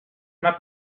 una